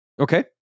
Okay